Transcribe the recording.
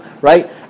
right